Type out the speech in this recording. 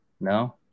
No